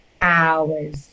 hours